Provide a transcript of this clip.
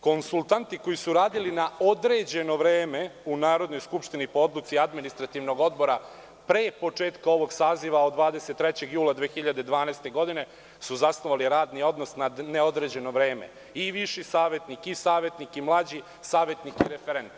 konsultanti koji su radili na određeno vreme u Narodnoj skupštini po Odluci Administrativnog odbora pre početka ovog saziva od 23. jula 2012. godine, su zasnovali radni odnos na neodređeno vreme i viši savetnik, i savetnik, i mlađi savetnik i referent.